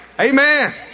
Amen